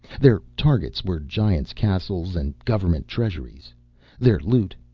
their targets were giants' castles and government treasuries their loot,